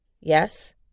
Yes